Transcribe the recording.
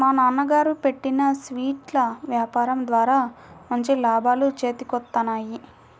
మా నాన్నగారు పెట్టిన స్వీట్ల యాపారం ద్వారా మంచి లాభాలు చేతికొత్తన్నాయి